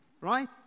Right